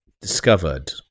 discovered